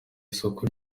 isoko